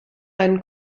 einen